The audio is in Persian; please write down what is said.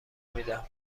میدم